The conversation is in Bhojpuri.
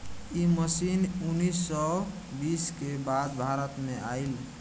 इ मशीन उन्नीस सौ बीस के बाद भारत में आईल